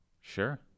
Sure